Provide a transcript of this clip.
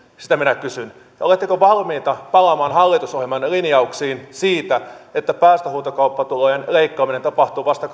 sitä minä kysyn ja oletteko valmis palaamaan hallitusohjelmanne linjauksiin siitä että päästöhuutokauppatulojen leikkaaminen tapahtuu vasta